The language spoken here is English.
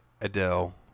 Adele